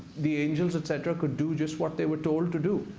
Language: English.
the angels, et cetera, could do just what they were told to do.